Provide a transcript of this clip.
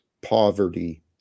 poverty